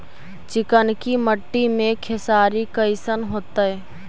चिकनकी मट्टी मे खेसारी कैसन होतै?